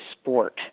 sport